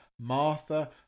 martha